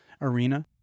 arena